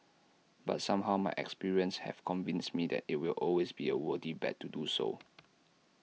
but somehow my experiences have convinced me that IT will always be A worthy bet to do so